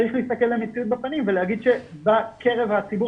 צריך להסתכל על המציאות בפנים ולהגיד שבקרב הציבור